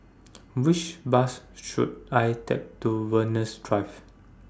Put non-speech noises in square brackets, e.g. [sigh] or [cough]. [noise] Which Bus should I Take to Venus Drive